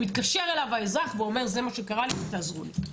שמתקשר אזרח ואומר: זה מה שקרה לי, תעזרו לי.